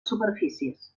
superfícies